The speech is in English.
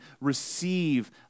receive